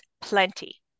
plenty